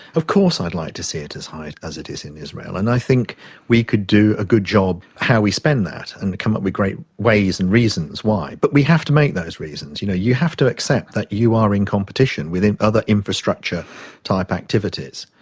of course i'd like to see it as high as it is in israel, and i think we could do a good job how we spend that and come up with great ways and reasons why, but we have to make those reasons. you know, you have to accept that you are in competition within other infrastructure type activities.